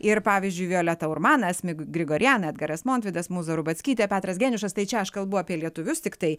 ir pavyzdžiui violeta urmana asmik grigorian edgaras montvidas mūza rubackytė petras geniušas tai čia aš kalbu apie lietuvius tiktai